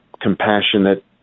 compassionate